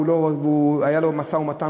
והיה לו משא-ומתן,